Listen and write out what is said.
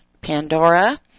Pandora